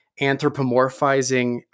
anthropomorphizing